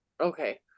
Okay